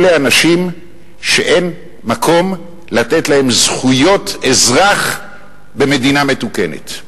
אלה אנשים שאין מקום לתת להם זכויות אזרח במדינה מתוקנת.